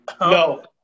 No